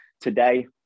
Today